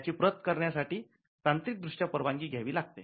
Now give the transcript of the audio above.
त्याची प्रत करण्यासाठी तांत्रिक दृष्ट्या परवानगी घ्यावी लागते